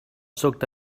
soaked